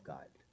God